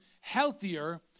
healthier